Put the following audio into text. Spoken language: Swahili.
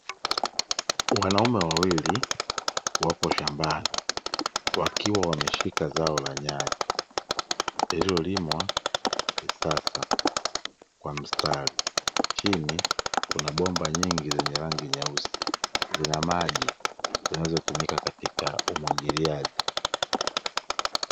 Wanaume wawili wapo shambani wakiwa wameshika zao la nyanya lililolimwa kisasa kwa mstari, chini kuna bomba nyingi zenye rangi nyeusi zina maji zinazotumika katika umwagiliaji.